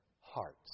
hearts